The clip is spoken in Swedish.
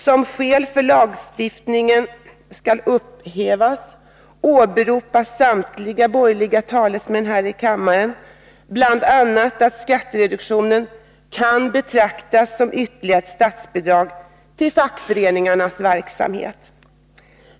Som skäl för att lagstiftningen skall upphävas åberopar samtliga borgerliga talesmän här i kammaren bl.a. att skattereduktionen kan betraktas som ytterligare ett statsbidrag till fackföreningarnas verksamhet.